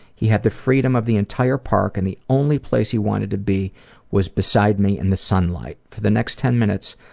he had the freedom of the entire park and the only place he wanted to be was beside me in the sunlight. for the next ten minutes,